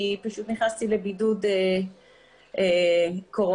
נכנסתי לבידוד קורונה.